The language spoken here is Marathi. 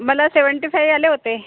मला सेवेंटी फाइव आले होते